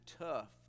tough